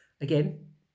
again